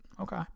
Okay